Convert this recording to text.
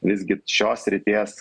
visgi šios srities